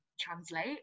translate